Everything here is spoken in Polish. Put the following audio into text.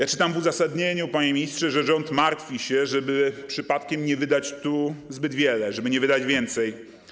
Przeczytałem w uzasadnieniu, panie ministrze, że rząd martwi się, aby przypadkiem nie wydać zbyt wiele, żeby nie wydać więcej.